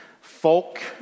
folk